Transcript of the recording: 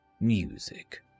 Music